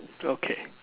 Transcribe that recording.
okay